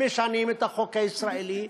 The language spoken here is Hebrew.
משנים את החוק הישראלי.